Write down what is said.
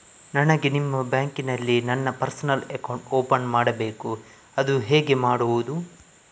ನನಗೆ ನಿಮ್ಮ ಬ್ಯಾಂಕಿನಲ್ಲಿ ನನ್ನ ಪರ್ಸನಲ್ ಅಕೌಂಟ್ ಓಪನ್ ಮಾಡಬೇಕು ಅದು ಹೇಗೆ ಮಾಡುವುದು?